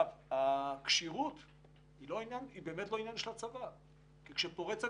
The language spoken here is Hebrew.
הכשירות היא לא עניין של הצבא כי כשפורצת